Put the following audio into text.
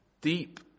Deep